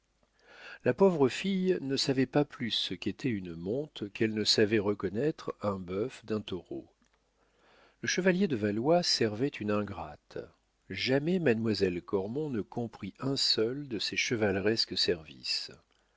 la pauvre fille ne savait pas plus ce qu'était une monte qu'elle ne savait reconnaître un bœuf d'un taureau le chevalier de valois servait une ingrate jamais mademoiselle cormon ne comprit un seul de ses chevaleresques services